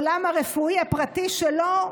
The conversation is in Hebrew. העולם הרפואי הפרטי שלו,